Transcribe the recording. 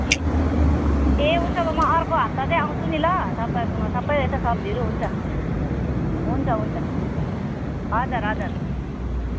ए ए उसो भए म अर्को हफ्ता चाहिँ आउँछु नि ल तपाईँकोमा सबै रहेछ सब्जीहरू हुन्छ हुन्छ हुन्छ हजुर हजुर